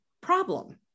problem